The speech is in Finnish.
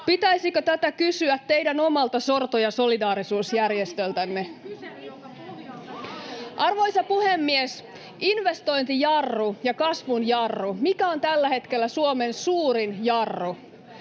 Pitäisikö tätä kysyä teidän omalta sorto- ja solidaarisuusjärjestöltänne? [Krista Kiurun välihuuto — Hälinää] Arvoisa puhemies! Investointijarru ja kasvun jarru: Mikä on tällä hetkellä Suomen suurin jarru?